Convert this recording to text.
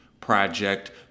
project